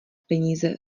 peníze